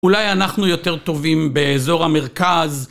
אולי אנחנו יותר טובים באזור המרכז.